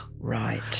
Right